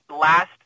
last